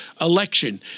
election